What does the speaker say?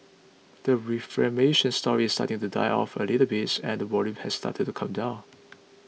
the reflect mention story starting to die off a little bit and the volumes have started to come down